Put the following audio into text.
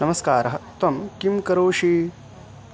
नमस्कारः त्वं किं करोषि